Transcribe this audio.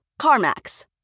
CarMax